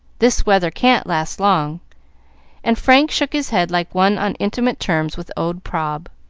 this weather can't last long and frank shook his head like one on intimate terms with old prob.